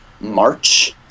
March